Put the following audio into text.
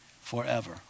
forever